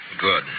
Good